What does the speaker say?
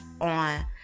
on